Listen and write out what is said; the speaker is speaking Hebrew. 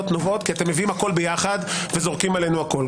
נובעות כי אתם מביאים הכול יחד וזורקים עלינו הכול.